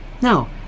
No